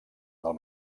del